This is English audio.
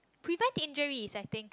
prevent injuries I think